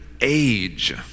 age